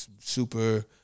super